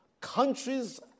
Countries